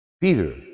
Peter